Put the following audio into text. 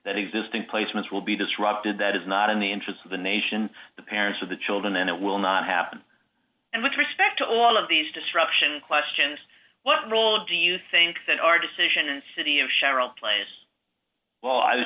that existing placements will be disrupted that is not in the interests of the nation the parents of the children and it will not happen and with respect to all of these disruption questions what role do you think that our decision and city of cheryl place well